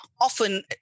often